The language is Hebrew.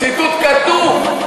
ציטוט כתוב.